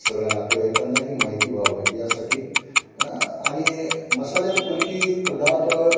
सगळ्या नातेवाईकांनाही माहिती व्हावं यासाठी आणि मसाल्यापैकी पदार्थ